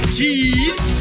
Cheese